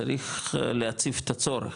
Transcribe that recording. צריך להציף את הצורך,